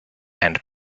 and